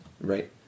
right